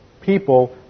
people